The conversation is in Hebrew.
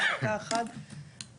כמו שאתם רואים בשקף,